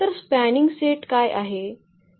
तर spanning set काय आहे